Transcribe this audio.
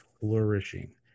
flourishing